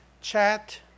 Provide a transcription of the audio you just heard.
chat